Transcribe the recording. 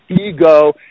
ego